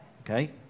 Okay